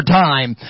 time